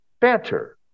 banter